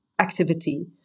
activity